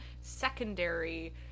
secondary